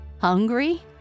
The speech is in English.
Hungry